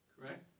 correct